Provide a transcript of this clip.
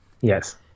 Yes